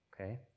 okay